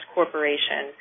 Corporation